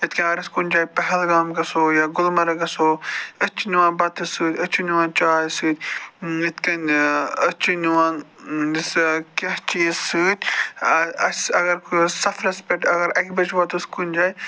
یِتھٕ کٔنۍ اگر أسۍ کُنہِ جایہِ پہلگام گژھَو یا گُلمرگ گژھَو أسۍ چھِ نِوان بَتہٕ تہِ سۭتۍ أسۍ چھِ نِوان چاے سۭتۍ یِتھٕ کٔنۍ أسۍ چھِ نِوان یہِ سۭتۍ کیٛاہ چیٖز سۭتۍ اَسہِ اگر کُنہِ سفرَس پٮ۪ٹھ اَگر اَکہِ بَجہِ واتَو أسۍ کُنہِ جایہِ